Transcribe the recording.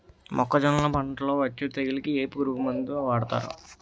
మొక్కజొన్నలు పంట లొ వచ్చే తెగులకి ఏ పురుగు మందు వాడతారు?